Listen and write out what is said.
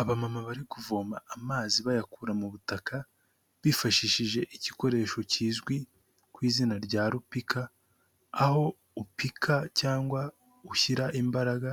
Abamama bari kuvoma amazi bayakura mu butaka bifashishije igikoresho kizwi ku izina rya rupika, aho upika cyangwa ushyira imbaraga